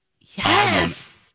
Yes